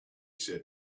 said